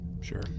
sure